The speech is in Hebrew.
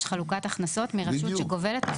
חלוקת הכנסות מרשות שגובלת וסמוכה אליה.